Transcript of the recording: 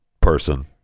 person